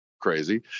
crazy